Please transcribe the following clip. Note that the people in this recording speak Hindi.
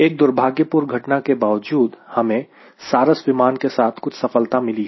एक दुर्भाग्यपूर्ण घटना के बावजूद हमें सारस विमान के साथ कुछ सफलता मिली है